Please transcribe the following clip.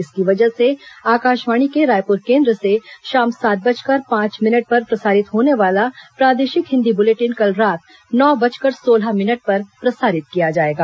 इसकी वजह से आकाशवाणी के रायपुर केन्द्र से शाम सात बजकर पांच मिनट पर प्रसारित होने वाला प्रादेशिक हिन्दी बुलेटिन कल रात नौ बजकर सोलह मिनट पर प्रसारित किया जाएगा